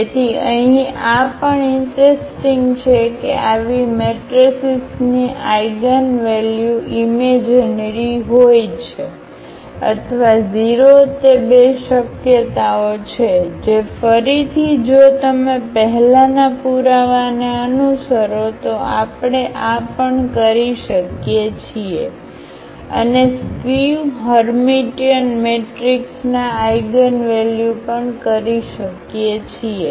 તેથી અહીં આ પણ ઈંટરસ્ટિંગ છે કે આવી મેટ્રિસીસની આઇગનવેલ્યુ ઈમેજીનરી હોય છે અથવા 0 તે બે શક્યતાઓ છે જે ફરીથી જો તમે પહેલાના પુરાવાને અનુસરો તો આપણે આ પણ કરી શકીએ છીએ અને સ્ક્વિ હર્મીટિયન મેટ્રિક્સના આઇગનવેલ્યુ પણ કરી શકીએ છીએ